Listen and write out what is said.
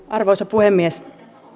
arvoisa puhemies